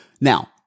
Now